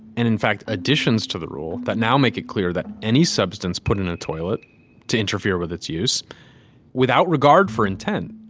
and in fact, additions to the rule that now make it clear that any substance put in a toilet to interfere with its use without regard for intent.